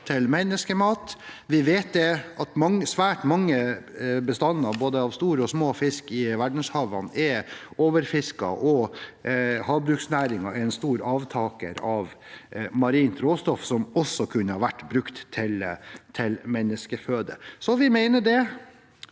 til menneskemat. Vi vet også at svært mange bestander av både store og små fisk i verdenshavene er overfisket, og havbruksnæringen er en stor avtaker av marint råstoff som også kunne ha vært brukt til menneskeføde. Som rødt